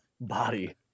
body